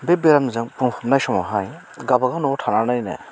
बे बेरामजों बुंफबनाय समावहाय गावबागाव न'वाव थानानैनो